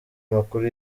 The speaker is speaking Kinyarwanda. makuru